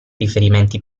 riferimenti